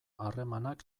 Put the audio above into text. harremanak